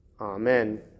Amen